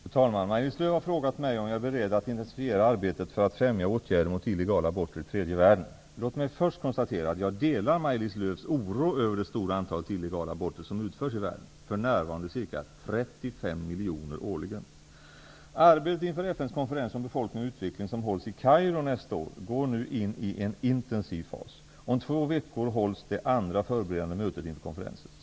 Fru talman! Maj-Lis Lööw har frågat mig om jag är beredd att intensifiera arbetet för att främja åtgärder mot illegala aborter i tredje världen. Låt mig först konstatera att jag delar Maj-Lis Lööws oro över det stora antalet illegala aborter som utförs i världen, för närvarande ca 35 miljoner årligen. Arbetet inför FN:s konferens om befolkning och utveckling som hålls i Kairo nästa år går nu in i en intensiv fas. Om två veckor hålls det andra förberedande mötet inför konferensen.